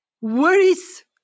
worries